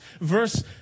Verse